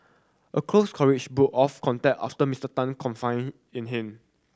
a close colleague broke off contact after Mister Tan confided in him